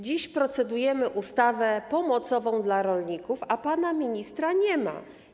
Dziś procedujemy nad ustawą pomocową dla rolników, a pana ministra nie ma.